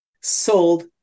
sold